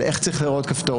על איך צריך להיראות כפתור,